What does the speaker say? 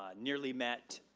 ah nearly met,